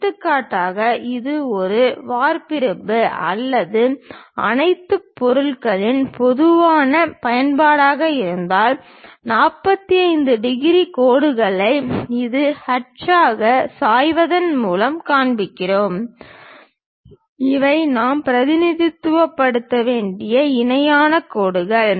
எடுத்துக்காட்டாக இது ஒரு வார்ப்பிரும்பு அல்லது அனைத்து பொருட்களின் பொதுவான பயன்பாடாக இருந்தால் 45 டிகிரி கோடுகளை ஒரு ஹட்சாக சாய்வதன் மூலம் காண்பிப்போம் இவை நாம் பிரதிநிதித்துவப்படுத்த வேண்டிய இணையான கோடுகள்